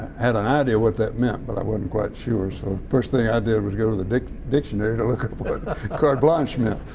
had an idea what that meant but i wasn't quite sure, so first thing i did was go to the dictionary to look up what carte blanche meant.